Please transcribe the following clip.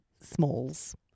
Smalls